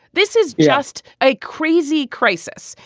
this is just a crazy crisis.